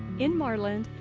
in marland,